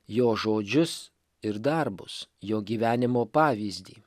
jo žodžius ir darbus jo gyvenimo pavyzdį